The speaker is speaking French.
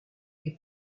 est